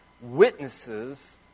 witnesses